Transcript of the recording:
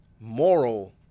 moral